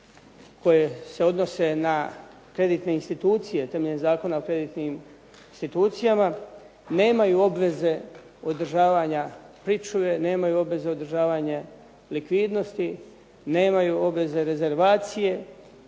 koje se odnose na kreditne institucije temeljem Zakona o kreditnim institucijama, nemaju obveze održavanja pričuve, nemaju obveze održavanja likvidnosti, nemaju obveze rezervacije,